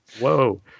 Whoa